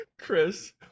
Chris